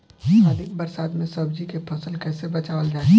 अधिक बरसात में सब्जी के फसल कैसे बचावल जाय?